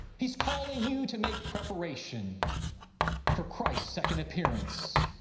he's calling you to make preparation for christ's second appearance.